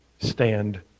stand